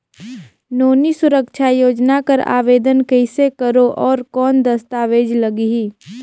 नोनी सुरक्षा योजना कर आवेदन कइसे करो? और कौन दस्तावेज लगही?